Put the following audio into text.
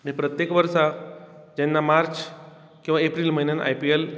प्रत्येक वर्सा जेन्ना मार्च किंवा एप्रिल म्हयन्यांत आय पि एल